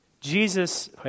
Jesus